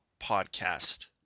podcast